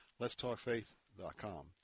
Letstalkfaith.com